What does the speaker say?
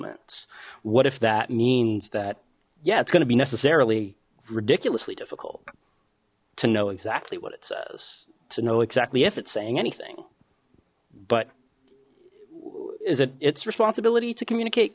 entanglements what if that means that yeah it's going to be necessarily ridiculously difficult to know exactly what it says to know exactly if it's saying anything but is it its responsibility to communicate